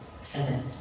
Seven